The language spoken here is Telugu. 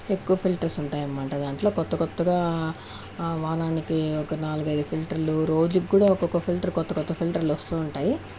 ఎక్కువ ఫిల్టర్స్ ఉంటాయన్నమాట దాంట్లో కొత్త కొత్తగా వారానికి ఒక నాలగైదు ఫిల్టర్లు రోజుక్కూడ ఒకొక్క ఫిల్టర్లు కొత్త కొత్త ఫిల్టర్లు వస్తూ ఉంటాయి